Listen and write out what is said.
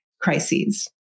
crises